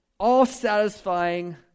all-satisfying